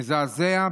מזעזע.